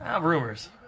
Rumors